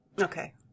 Okay